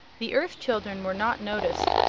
the earth children were not noticed,